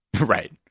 Right